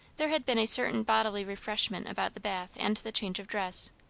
there had been a certain bodily refreshment about the bath and the change of dress,